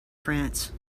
france